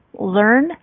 learn